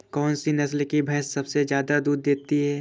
कौन सी नस्ल की भैंस सबसे ज्यादा दूध देती है?